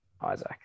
Isaac